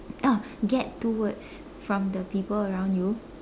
uh get two words from the people around you